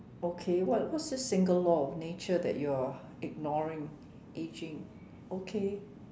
okay what what's this single law of nature that you are ignoring aging okay